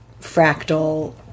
fractal